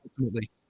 ultimately